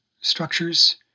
structures